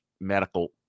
medical